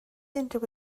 unrhyw